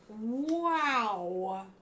wow